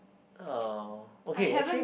uh okay actually